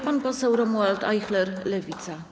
Pan poseł Romuald Ajchler, Lewica.